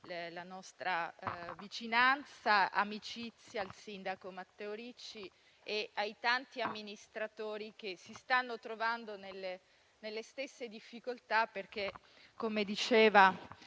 Viva-PSI, vicinanza e amicizia al sindaco Matteo Ricci e ai tanti amministratori che si stanno trovando nelle stesse difficoltà. Come diceva